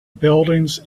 buildings